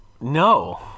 no